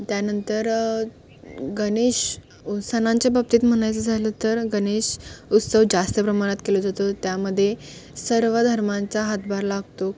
त्यानंतर गणेश उत् सणांच्या बाबतीत म्हणायचं झालं तर गणेश उत्सव जास्त प्रमाणात केलं जातो त्यामध्ये सर्व धर्मांचा हातभार लागतो